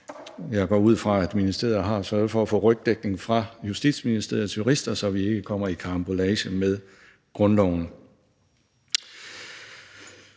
jeg går ud fra, at ministeriet har sørget for at få rygdækning fra Justitsministeriets jurister, så vi ikke kommer i karambolage med grundloven.